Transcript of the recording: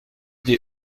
des